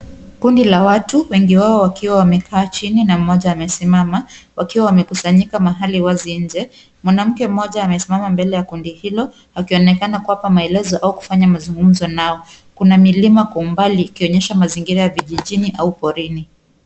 Kundi la watu, wengi wao wakiwa wamekaa chini na mmoja amesimama, wakiwa wamekusanyika mahali wazi nje. Mwanamke mmoja anayesimama mbele ya kundi hilo, akionekana kuwapa maelezo au kufanya mazungumzo nao. Kuna milima kwa umbali ikionyesha mazingira ya vijijini au porini.